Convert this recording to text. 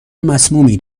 مسمومی